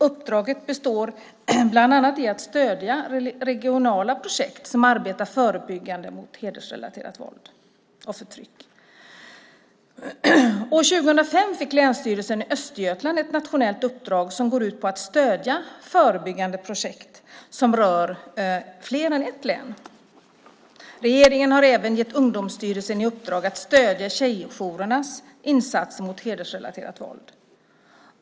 Uppdraget består bland annat i att stödja regionala projekt där man arbetar förebyggande mot hedersrelaterat våld och förtryck. År 2005 fick länsstyrelsen i Östergötland ett nationellt uppdrag som går ut på att stödja förebyggande projekt som rör fler än ett län. Regeringen har även gett Ungdomsstyrelsen i uppdrag att stödja tjejjourernas insatser mot hedersrelaterat våld.